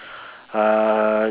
uh